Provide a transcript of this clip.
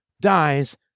dies